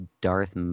Darth